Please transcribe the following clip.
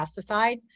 pesticides